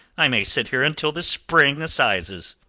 i may sit here until the spring assizes.